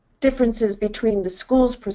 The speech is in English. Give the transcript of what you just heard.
differences between the school's